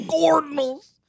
Cardinals